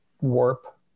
warp